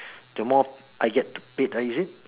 the more I get paid right is it